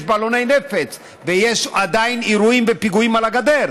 יש בלוני נפץ ויש עדיין אירועים ופיגועים על הגדר.